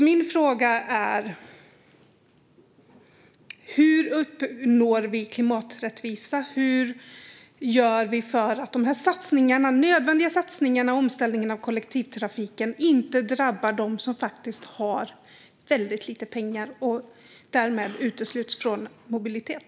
Min fråga är: Hur uppnår vi klimaträttvisa? Hur gör vi för att de nödvändiga satsningarna och omställningen av kollektivtrafiken inte ska drabba dem som faktiskt har väldigt lite pengar och som riskerar att uteslutas från mobilitet?